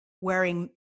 wearing